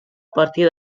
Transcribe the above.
partir